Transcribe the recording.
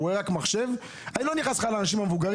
רואה רק מחשב אני לא מדבר על האנשים המבוגרים.